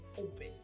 open